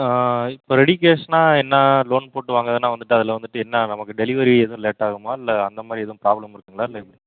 இப்போ ரெடி கேஷ்ன்னாள் என்ன லோன் போட்டு வாங்கறதுனாள் வந்துட்டு அதில் வந்துட்டு என்ன நமக்கு டெலிவரி எதுவும் லேட் ஆகுமா இல்லை அந்த மாதிரி எதுவும் பிராப்ளம் இருக்குங்களா இல்லை எப்படி